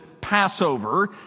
Passover